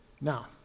Now